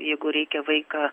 jeigu reikia vaiką